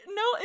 no